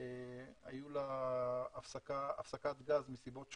הייתה הפסקת גז מסיבות שונות,